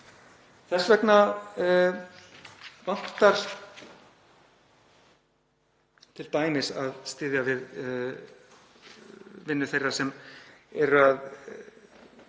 Þess vegna vantar t.d. að styðja við vinnu þeirra sem eru að